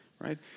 right